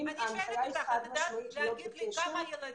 ההנחיה היא חד-משמעית להיות בקשר,